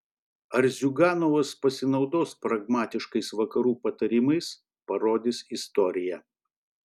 ar ziuganovas pasinaudos pragmatiškais vakarų patarimais parodys istorija